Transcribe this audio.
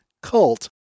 cult